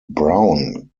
brown